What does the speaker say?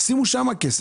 שימו שם כסף.